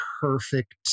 perfect